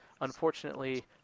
unfortunately